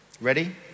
Ready